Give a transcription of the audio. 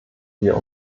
wir